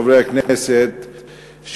חברי הכנסת,